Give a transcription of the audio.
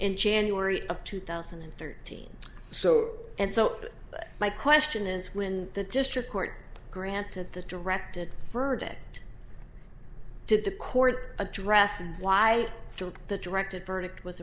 in january of two thousand and thirteen so and so my question is when the district court granted the directed verdict did the court address and why the directed verdict was